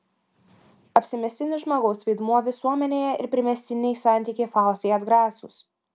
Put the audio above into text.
apsimestinis žmogaus vaidmuo visuomenėje ir primestiniai santykiai faustai atgrasūs